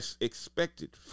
expected